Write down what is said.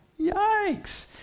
yikes